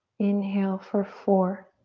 inhale for four.